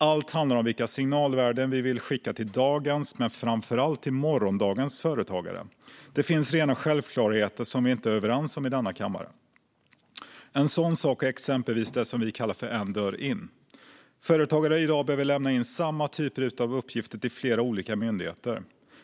Allt handlar om vilka signalvärden vi vill skicka till dagens, men framför allt till morgondagens, företagare. Det finns rena självklarheter som vi inte är överens om i denna kammare. En sådan sak är det som vi kallar för En dörr in. Företagare måste i dag lämna in samma typer av uppgifter till flera olika myndigheter.